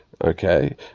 okay